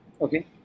Okay